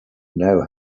know